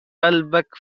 قلبك